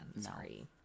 sorry